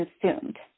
consumed